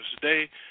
today